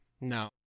no